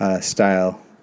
style